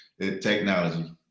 Technology